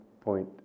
point